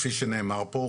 כפי שנאמר פה,